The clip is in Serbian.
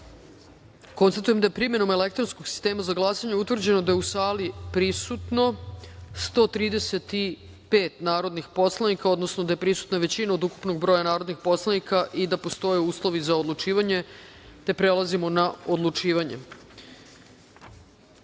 glasanje. Konstatujem da je primenom elektronskog sistema za glasanje utvrđeno da je u sali prisutno 135 narodnih poslanika, odnosno da je prisutna većina od ukupnog broja narodnih poslanika i da postoje uslove za odlučivanje. Prelazimo na odlučivanje.33.